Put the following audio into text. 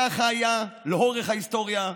ככה היה לאורך ההיסטוריה.